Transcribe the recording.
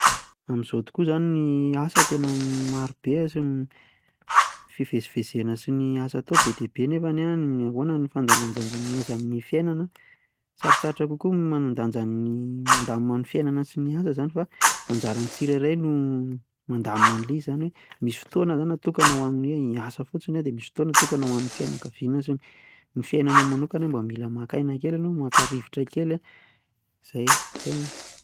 Amin'izao tokoa izany ny asa tena marobe an, ny fivezivezena sy ny asa atao be dia be, nefa ahoana ny fandanjalanjaina an'azy amin'ny fiainana? Sarotsarotra kokoa ny mandanja mandamina ny fiainana sy ny asa izany fa anjaran'ny tsirairay no mandamina an'ilay izy izany hoe misy fotoana izany natokana hoan'ny asa fotsiny an dia misy fotoana natokana hoan'ny fianakaviana sy ny fiainananao manokana mba mila maka aina kely ianao maka rivotra kely an, izay.